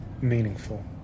meaningful